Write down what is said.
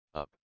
up